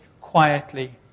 quietly